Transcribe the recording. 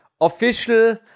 official